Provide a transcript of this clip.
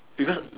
because